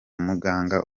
muganga